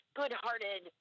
good-hearted